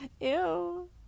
Ew